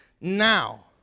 now